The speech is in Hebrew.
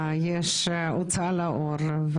יש הוצאה לאור,